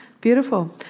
Beautiful